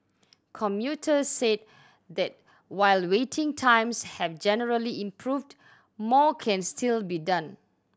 commuters said that while waiting times have generally improved more can still be done